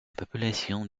population